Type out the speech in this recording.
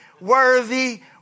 worthy